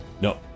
No